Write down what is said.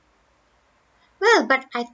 well but I